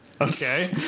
Okay